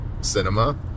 cinema